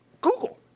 Google